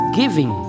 giving